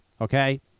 Okay